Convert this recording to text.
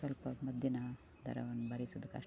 ಸ್ವಲ್ಪ ಮದ್ದಿನ ದರವನ್ನು ಭರಿಸುದು ಕಷ್ಟ